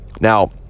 Now